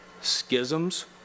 schisms